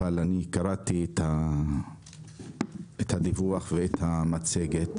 אבל אני קראתי את הדיווח ואת המצגת.